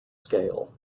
scale